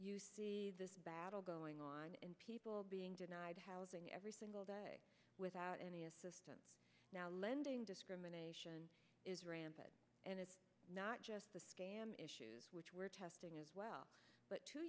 a battle going on and people being denied housing every single day without any assistance now lending discrimination is rampant and it's not just a scam issues which we're testing as well but two